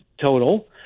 total